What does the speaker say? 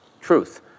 truth